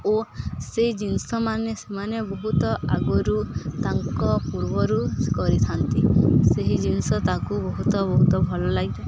ଓ ସେଇ ଜିନିଷ ମାନ ସେମାନେ ବହୁତ ଆଗରୁ ତାଙ୍କ ପୂର୍ବରୁ କରିଥାନ୍ତି ସେହି ଜିନିଷ ତାକୁ ବହୁତ ବହୁତ ଭଲ ଲାଗେ